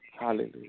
Hallelujah